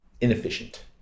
inefficient